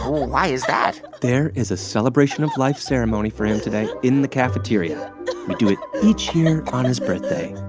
why is that? there is a celebration-of-life ceremony for him today in the cafeteria. we do it each year on his birthday.